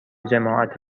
جماعت